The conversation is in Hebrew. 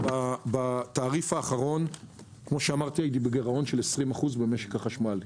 בתעריף האחרון היינו בגירעון של 20% במשק החשמל.